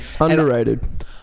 Underrated